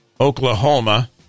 Oklahoma